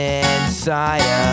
inside